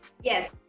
Yes